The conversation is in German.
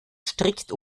strikt